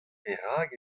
perak